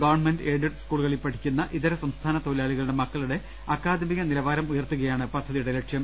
government aided സ്കൂളുകളിൽ പഠി ക്കുന്ന ഇതര സംസ്ഥാന തൊഴിലാളികളുടെ മക്കളുടെ അക്കാ ദമിക നിലവാർം ഉയർത്തുകയാണ് പദ്ധതിയുടെ ലക്ഷ്യം